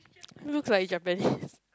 looks like Japanese